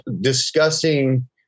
discussing